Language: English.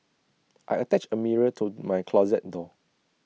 I attached A mirror to my closet door